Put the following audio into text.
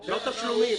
זה לא תשלומים.